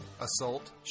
assault